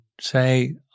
say